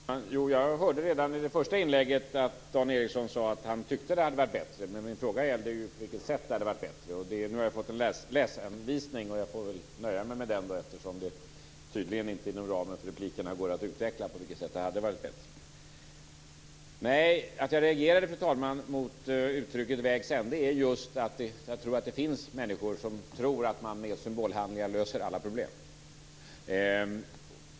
Fru talman! Jo, jag hörde redan i det första inlägget att Dan Ericsson sade att han tyckte att det hade varit bättre. Men min fråga gällde ju på vilket sätt det hade varit bättre. Nu har jag fått en läsanvisning. Jag får väl nöja mig med den eftersom det tydligen inte inom ramen för replikerna går att utveckla på vilket sätt det hade varit bättre. Att jag reagerade, fru talman, mot uttrycket "vägs ände", beror just på att jag tror att det finns människor som tror att man med symbolhandlingar löser alla problem.